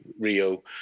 Rio